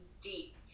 deep